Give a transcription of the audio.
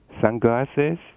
sunglasses